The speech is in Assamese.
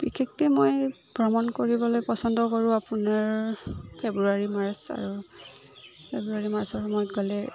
বিশেষকৈ মই ভ্ৰমণ কৰিবলৈ পচন্দ কৰোঁ আপোনাৰ ফেব্ৰুৱাৰী মাৰ্চ আৰু ফেব্ৰুৱাৰী মাৰ্চৰ সময়ত গ'লে